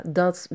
dat